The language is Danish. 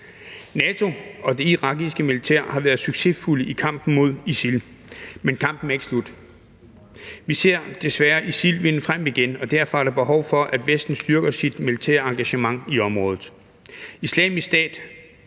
NATO og det irakiske militær har været succesfulde i kampen mod ISIL, men kampen er ikke slut. Vi ser desværre ISIL vinde frem igen, og derfor er der behov for, at Vesten styrker sit militære engagement i området. Islamisk Stat